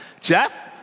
Jeff